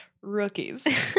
Rookies